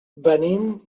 venim